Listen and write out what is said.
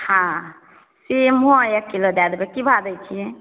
हाँ सीमो एक किलो दै देबै की भाव दै छियै